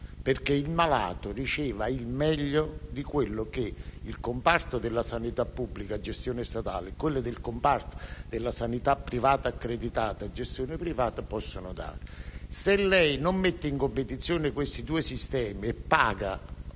perché il malato riceva il meglio di quello che il comparto della sanità pubblica, a gestione statale, e il comparto della sanità privata accreditata, a gestione privata, possono dare. *(Richiami del Presidente)*. Se lei non mette in competizione questi due sistemi e paga